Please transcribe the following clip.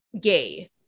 gay